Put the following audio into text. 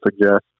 suggest